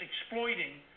exploiting